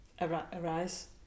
arise